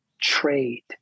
trade